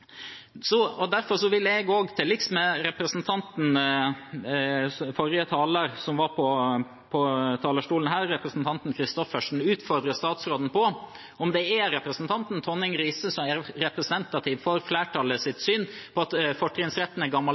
liks med forrige taler, representanten Christoffersen, utfordre statsråden på om det er representanten Tonning Riise som er representativ for flertallets syn om at fortrinnsretten er